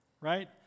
right